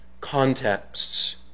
contexts